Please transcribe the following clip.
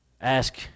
ask